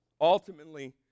Ultimately